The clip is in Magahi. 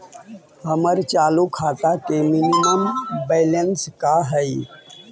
हमर चालू खाता के मिनिमम बैलेंस का हई?